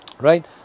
right